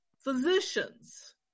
physicians